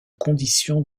conditions